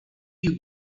you